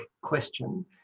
question